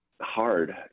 hard